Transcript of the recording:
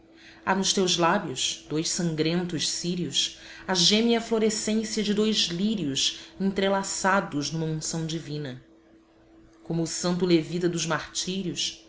há nos teus lábios dois sangrentos círios a gêmea florescência de dois lírios entrelaçados numa unção divina como o santo levita dos martírios